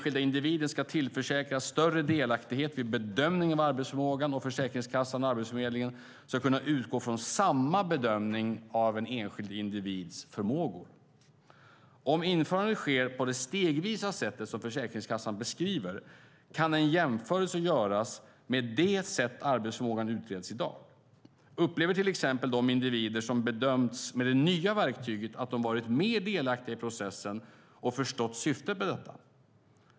Individen ska tillförsäkras större delaktighet vid bedömning av arbetsförmågan, och Försäkringskassan och Arbetsförmedlingen ska kunna utgå från samma bedömning av en enskild individs förmågor. Om införandet sker på det stegvisa sätt som Försäkringskassan beskriver kan en jämförelse göras med det sätt som arbetsförmågan utreds i dag. Upplever till exempel de individer som bedömts med det nya verktyget att de varit mer delaktiga i processen och förstått syftet med denna?